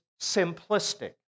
simplistic